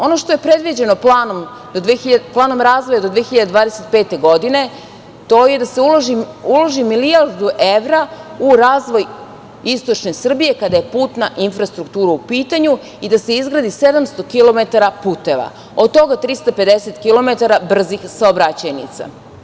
Ono što je predviđeno planom razvoja do 2025. godine, to je da se uloži milijardu evra u razvoj istočne Srbije kada je putna infrastruktura u pitanju i da se izgradi 700 kilometara puteva, a od toga 350 kilometara brzih saobraćajnica.